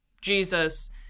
Jesus